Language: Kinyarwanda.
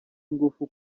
ingufu